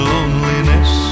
Loneliness